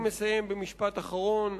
אני מסיים במשפט אחרון.